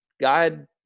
God